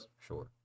Sure